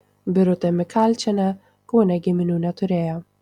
birutė mikalčienė kaune giminių neturėjo